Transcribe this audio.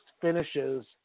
finishes